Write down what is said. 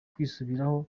kwisubiraho